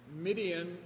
Midian